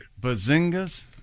Bazinga's